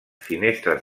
finestres